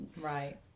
Right